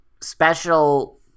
special